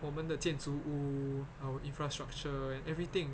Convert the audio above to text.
我们的建筑屋 our infrastructure and everything